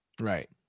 Right